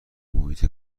محیط